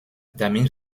damit